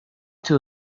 two